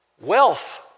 wealth